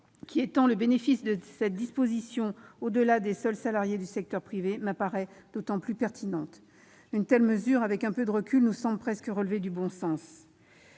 qui étend le bénéfice de cette disposition au-delà des seuls salariés du secteur privé, me paraît encore plus pertinente. Avec un peu de recul, une telle mesure nous semble presque relever du bon sens.